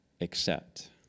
accept